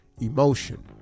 emotion